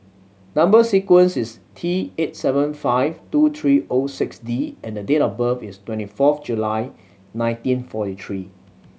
number sequence is T eight seven five two three O six D and the date of birth is twenty fourth July nineteen forty three